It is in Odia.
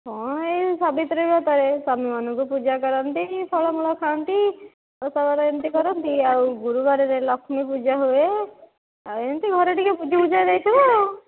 କ'ଣ ଏଇ ସାବିତ୍ରୀ ବ୍ରତରେ ସ୍ୱାମୀମାନଙ୍କୁ ପୂଜା କରନ୍ତି ଫଳମୂଳ ଖାଆନ୍ତି ଓଷା ବାର ଏମିତି କରନ୍ତି ଆଉ ଗୁରୁବାରରେ ଲକ୍ଷ୍ମୀ ପୂଜା ହୁଏ ଆଉ ଏମିତି ଘରେ ଟିକିଏ ବୁଝିବୁଝା ଦେଇଥିବୁ ଆଉ